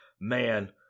man